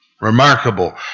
Remarkable